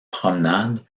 promenade